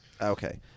Okay